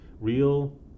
Real